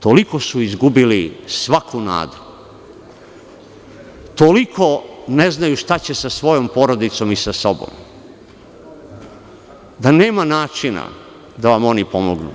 Toliko su izgubili svaku nadu, toliko ne znaju šta će sa svojom porodicom i sa sobom, da nema načina da vam oni pomognu.